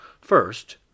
First